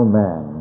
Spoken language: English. man